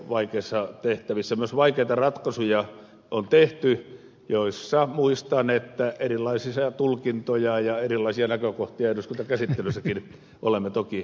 vaikeissa tehtävissä myös vaikeita ratkaisuja on tehty joissa muistan erilaisia tulkintoja ja erilaisia näkökohtia eduskuntakäsittelyssäkin olemme toki edustaneet